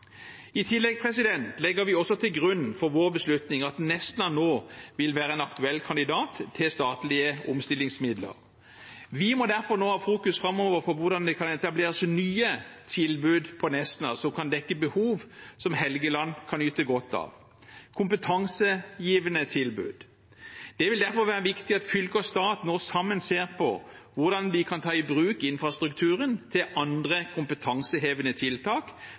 I tillegg legger vi til grunn for vår beslutning at Nesna nå vil være en aktuell kandidat til statlige omstillingsmidler. Vi må derfor ha fokus framover på hvordan det kan etableres nye tilbud på Nesna som kan dekke behov som Helgeland kan nyte godt av – kompetansegivende tilbud. Det vil derfor være viktig at fylke og stat nå sammen ser på hvordan de kan ta i bruk infrastrukturen til andre kompetansehevende tiltak